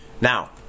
Now